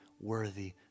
worthy